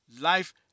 Life